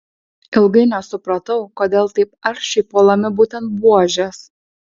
ilgai nesupratau kodėl taip aršiai puolami būtent buožės